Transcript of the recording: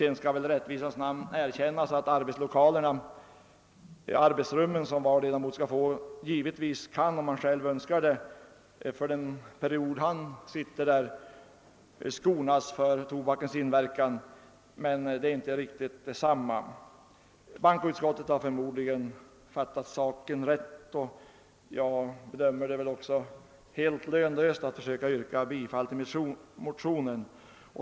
Sedan skall det i rättvisans namn erkännas att det arbetsrum som varje 1ledamot får kan skonas från tobakens inverkan, om ledamoten själv önskar det, men det är inte samma sak. Bankoutskottet har förmodligen uppfattat saken rätt, och jag bedömer det därför helt lönslöst att nu yrka bifall till min motion.